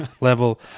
level